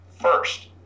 first